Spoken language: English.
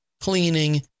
cleaning